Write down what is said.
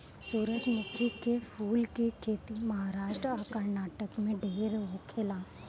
सूरजमुखी के फूल के खेती महाराष्ट्र आ कर्नाटक में ढेर होखेला